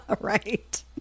Right